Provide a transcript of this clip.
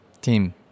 Team